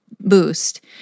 boost